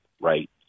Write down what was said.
right